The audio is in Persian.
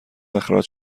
اخراج